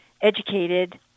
educated